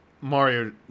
Mario